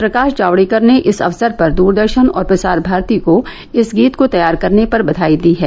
प्रकाश जावडेकर ने इस अवसर पर दूरदर्शन और प्रसार भारती को इस गीत को तैयार करने पर बधाई दी है